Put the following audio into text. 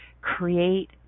create